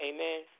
Amen